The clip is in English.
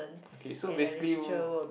okay so basically you